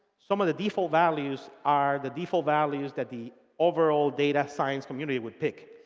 some of the default values are the default values that the overall data science community would pick.